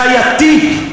חייתי,